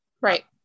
Right